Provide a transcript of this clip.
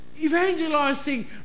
evangelizing